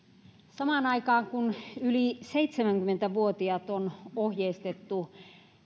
samaan aikaan kun yli seitsemänkymmentä vuotiaat on ohjeistettu